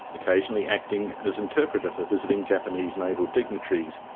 occasionally acting as interpreter for visiting japanese naval dignitaries,